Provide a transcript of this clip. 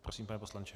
Prosím, pane poslanče.